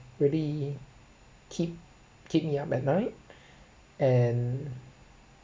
really keep keep me up at night and